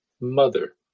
mother